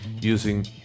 using